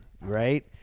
right